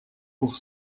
pour